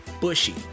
bushy